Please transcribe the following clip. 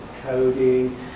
coding